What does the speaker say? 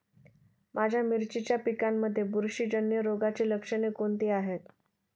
माझ्या मिरचीच्या पिकांमध्ये बुरशीजन्य रोगाची लक्षणे कोणती आहेत?